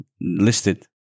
listed